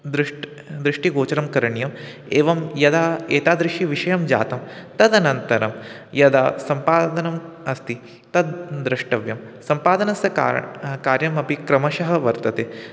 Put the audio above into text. दृष्ट् दृष्टिगोचरं करणीयम् एवं यदा एतादृशविषयं जातं तदनन्तरं यदा सम्पादनम् अस्ति तद् द्रष्टव्यं सम्पादनस्य कारणं कार्यमपि क्रमशः वर्तते